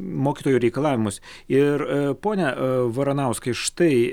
mokytojų reikalavimus ir pone varanauskai štai